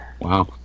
wow